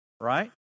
right